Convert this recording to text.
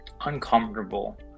uncomfortable